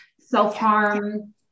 self-harm